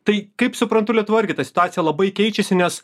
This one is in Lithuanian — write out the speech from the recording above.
tai kaip suprantu lietuvoj irgi ta situacija labai keičiasi nes